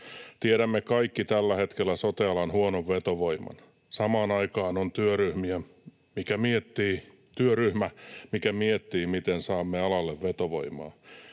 Tiedämme kaikki tällä hetkellä sote-alan huonon vetovoiman. Samaan aikaan on työryhmä, mikä miettii, miten saamme alalle vetovoimaa,